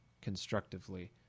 constructively